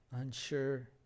unsure